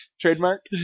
Trademark